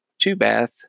two-bath